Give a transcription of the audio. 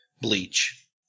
bleach